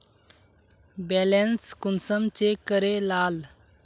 Balance कुंसम check करे लाल?